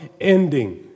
ending